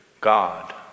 God